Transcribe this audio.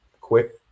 quick